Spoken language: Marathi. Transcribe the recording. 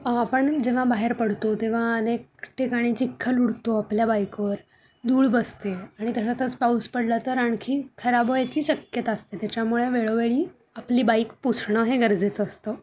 आपण जेव्हा बाहेर पडतो तेव्हा अनेक ठिकाणी चिखल उडतो आपल्या बाईकवर धूळ बसते आणि तशातच पाऊस पडला तर आणखी खराब व्हायची शक्यता असते त्याच्यामुळे वेळोवेळी आपली बाईक पुसणं हे गरजेचं असतं